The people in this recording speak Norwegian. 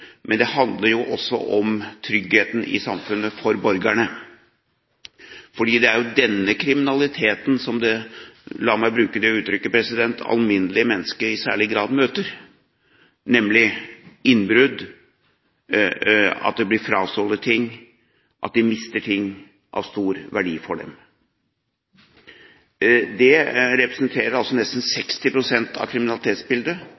men det handler også om tryggheten i samfunnet for borgerne, fordi det er denne kriminaliteten som, la meg bruke det uttrykket, alminnelige mennesker i særlig grad møter, nemlig innbrudd, at de blir frastjålet ting, at de mister ting av stor verdi for dem. Det representerer altså nesten